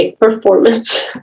performance